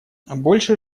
больше